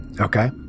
Okay